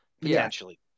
potentially